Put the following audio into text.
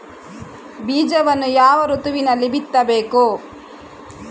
ಬೀಜವನ್ನು ಯಾವ ಋತುವಿನಲ್ಲಿ ಬಿತ್ತಬೇಕು?